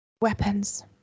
weapons